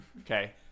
Okay